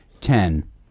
ten